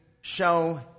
show